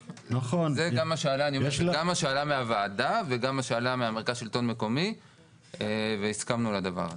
זה גם מה שעלה מהוועדה וגם מה שעלה ממרכז שלטון מקומי והסכמנו לדבר הזה.